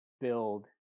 build